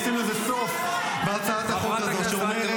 אבל אנחנו עושים לזה סוף בהצעת החוק הזו שאומרת: